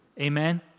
Amen